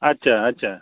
আচ্ছা আচ্ছা